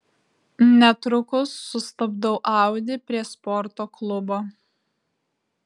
netrukus sustabdau audi prie sporto klubo